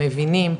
הם מבינים,